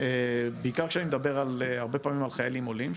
בעיקר כשאני מדבר הרבה פעמים על חיילים עולים,